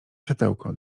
światełko